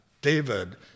David